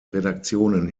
redaktionen